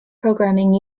programming